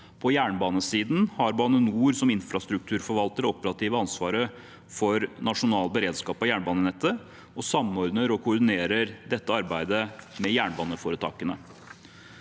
På jernbanesiden har Bane NOR, som infrastrukturforvalter, det operative ansvaret for nasjonal beredskap på jernbanenettet og samordner og koordinerer dette arbeidet med jernbaneforetakene.